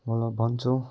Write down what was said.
भलो भन्छौँ